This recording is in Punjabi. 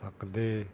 ਸਕਦੇ